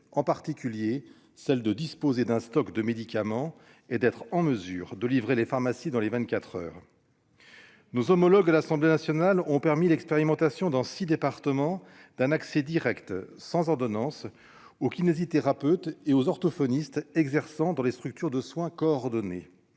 en particulier celles de disposer d'un stock de médicaments et d'être en mesure de livrer les pharmacies dans un délai de vingt-quatre heures. Nos collègues de l'Assemblée nationale ont permis l'expérimentation, dans six départements, d'un accès direct, sans ordonnance, aux kinésithérapeutes et aux orthophonistes exerçant dans des structures de soins coordonnés.